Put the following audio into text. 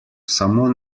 samo